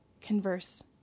converse